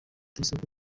y’isoko